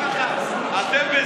אתם,